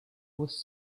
was